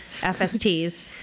FSTs